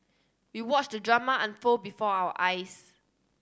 we watched the drama unfold before our eyes